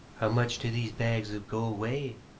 how much do these bags of gold weigh?